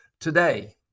Today